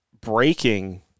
breaking